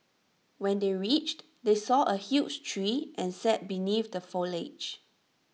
when they reached they saw A huge tree and sat beneath the foliage